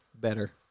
better